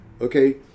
Okay